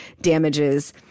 damages